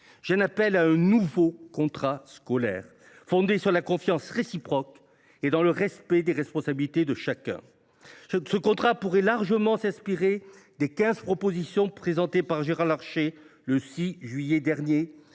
j’en appelle à un nouveau contrat scolaire, fondé sur une confiance réciproque, dans le respect des responsabilités de chacun. Ce contrat pourrait largement s’inspirer des quinze propositions présentées par Gérard Larcher le 6 juillet dernier,